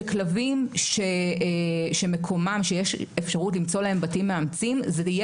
שכלבים שיש אפשרות למצוא להם בתים מאמצים זה יהיה